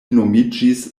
nomiĝis